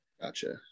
Gotcha